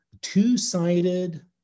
two-sided